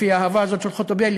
לפי האהבה הזאת של חוטובלי?